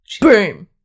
Boom